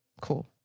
Cool